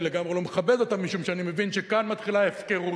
אני לגמרי לא מכבד אותם משום שאני מבין שכאן מתחילה הפקרות.